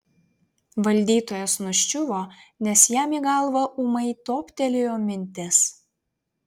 valdytojas nuščiuvo nes jam į galvą ūmai toptelėjo mintis